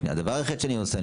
הדבר היחיד שאני עושה,